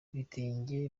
ibitenge